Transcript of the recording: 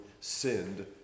sinned